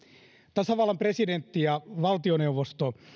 tasavallan presidentti ja valtioneuvosto